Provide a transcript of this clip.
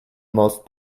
most